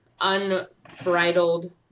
unbridled